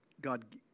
God